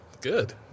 Good